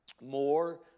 more